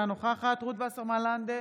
אינה נוכחת רות וסרמן לנדה,